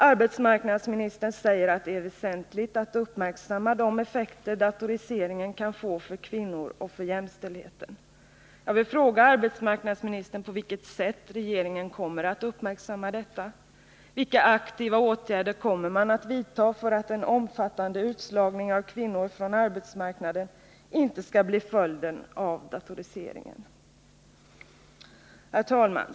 Arbetsmarknadsministern säger att det är väsentligt att uppmärksamma de effekter datoriseringen kan få för kvinnor och för jämställdheten. Jag vill fråga arbetsmarknadsministern på vilket sätt regeringen kommer att uppmärksamma detta. Vilka aktiva åtgärder kommer man att vidta för att en omfattande utslagning av kvinnor från arbetsmarknaden inte skall bli följden av datoriseringen? Herr talman!